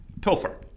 Pilfer